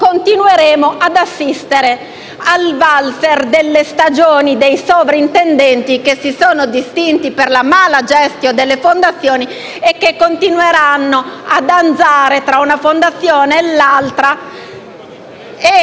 continueremo ad assistere al valzer delle stagioni dei sovrintendenti che si sono distinti per la *mala gestio* delle fondazioni e che continueranno a danzare tra una fondazione e l'altra.